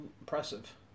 impressive